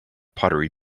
pottery